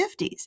50s